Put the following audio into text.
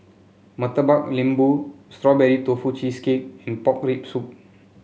Murtabak Lembu Strawberry Tofu Cheesecake and Pork Rib Soup